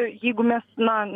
jeigu mes na